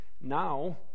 now